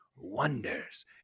wonders